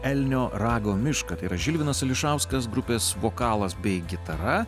elnio rago mišką tai yra žilvinas ališauskas grupės vokalas bei gitara